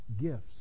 gifts